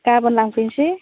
गाबोन लांफैनोसै